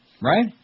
right